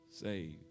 saved